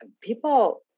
People